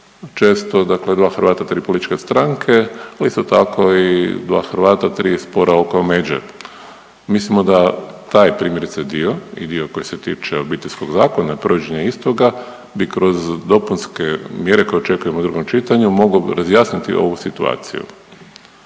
dakle dva Hrvata, tri političke stranke. Ali isto tako i dva Hrvata, tri spora oko međe. Mislimo da taj primjerice dio je dio koji se tiče Obiteljskog zakona, provođenja istoga bi kroz dopunske mjere koje očekujemo u drugom čitanju mogu razjasniti ovu situaciju.